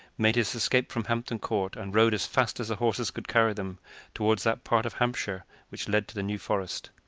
made his escape from hampton court, and rode as fast as the horses could carry them toward that part of hampshire which led to the new forest.